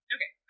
Okay